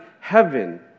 heaven